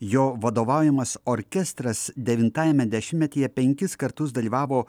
jo vadovaujamas orkestras devintajame dešimtmetyje penkis kartus dalyvavo